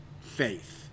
faith